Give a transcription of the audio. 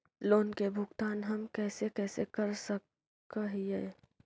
Loan के भुगतान हम कैसे कैसे कर सक हिय?